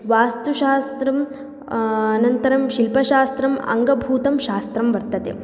वास्तुशास्त्रं अनन्तरं शिल्पशास्त्रम् अङ्गभूतं शास्त्रं वर्तते